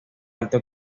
alto